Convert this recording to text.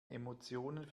emotionen